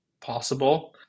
possible